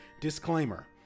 Disclaimer